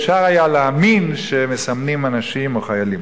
אפשר להאמין שמסמנים אנשים או חיילים.